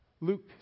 Luke